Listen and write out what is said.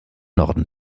norden